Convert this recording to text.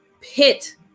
pit